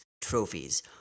trophies